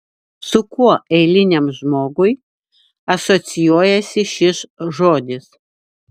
su kuo eiliniam žmogui asocijuojasi šis žodis